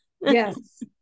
Yes